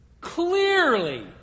Clearly